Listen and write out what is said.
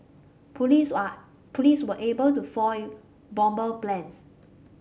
police police were able to foil bomber plans